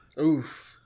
Oof